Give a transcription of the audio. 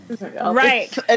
right